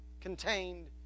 contained